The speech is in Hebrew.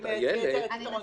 שהיא מייצרת יתרון